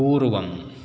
पूर्वम्